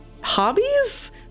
hobbies